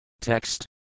Text